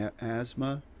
asthma